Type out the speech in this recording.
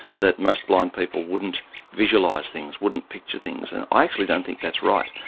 that most blind people wouldn't visualise things, wouldn't picture things. and i actually don't think that's right.